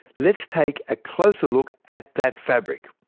let's take a closer look at that fabric.